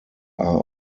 are